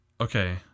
Okay